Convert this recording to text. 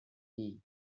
bee